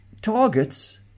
targets